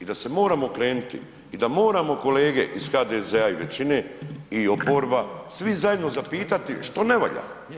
I da se moramo okrenuti i da moramo kolege iz HDZ-a i većine i oporba svi zajedno zapitati, što ne valja?